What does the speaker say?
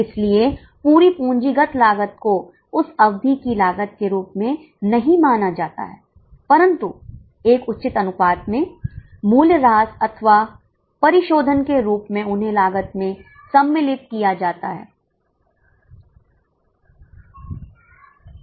इसलिए पूरी पूंजीगत लागत को उस अवधि की लागत के रूप में नहीं माना जाता है परंतु एक उचित अनुपात में मूल्यह्रास अथवा परिशोधन के रूप में उन्हें लागत में सम्मिलित किया जाता है